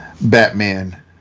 Batman